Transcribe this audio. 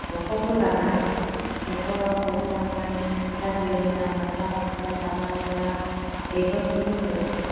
न'खर फोथारनाय न'खराव सावस्रांनाय गाज्रि मोजां हाबला हुबला जाला लोंला बेफोरखौ जोङो